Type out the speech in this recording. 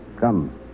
Come